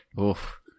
Oof